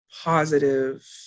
positive